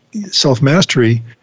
self-mastery